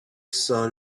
sun